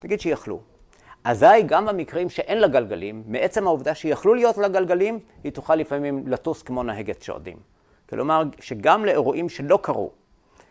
תגיד שיכלו, אזי גם במקרים שאין לה גלגלים, בעצם העובדה שיכלו להיות לה גלגלים היא תוכל לפעמים לטוס כמו נהגת שודים. כלומר, שגם לאירועים שלא קרו.